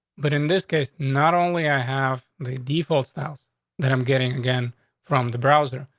but in this case, not only i have the default styles that i'm getting again from the browser.